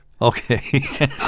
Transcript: Okay